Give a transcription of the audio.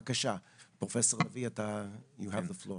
בבקשה, פרופ' לביא, יש לך את הבמה.